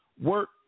work